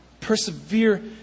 Persevere